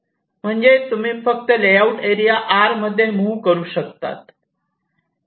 म्हणजे तुम्ही फक्त लेआउटएरिया R मध्ये मूव्ह करू शकतात